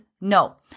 no